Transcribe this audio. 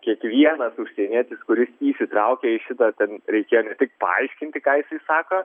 kiekvienas užsienietis kuris įsitraukia į šitą ten reikėjo ne tik paaiškinti ką jisai sako